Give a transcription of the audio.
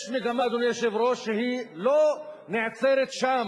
יש מגמה, אדוני היושב-ראש, שלא נעצרת שם,